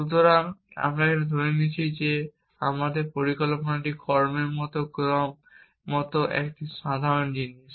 সুতরাং আমরা এখানে ধরে নিয়েছি যে আমাদের পরিকল্পনাটি কর্মের ক্রম মত একটি সাধারণ জিনিস